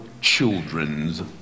children's